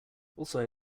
also